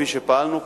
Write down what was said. כפי שפעלנו,